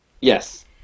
Yes